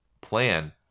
plan